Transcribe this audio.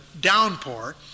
downpour